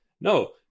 no